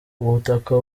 ubutaka